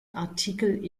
artikel